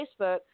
Facebook